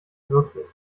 wirklich